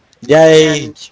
yay